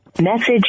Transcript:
Message